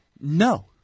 no